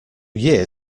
year